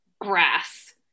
grass